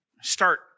start